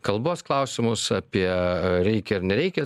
kalbos klausimus apie a reikia ar nereikia